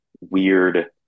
weird